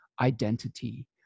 identity